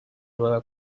nueva